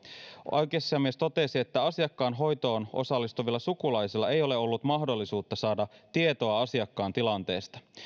oikeusasiamies totesi että asiakkaan hoitoon osallistuvilla sukulaisilla ei ole ollut mahdollisuutta saada tietoa asiakkaan tilanteesta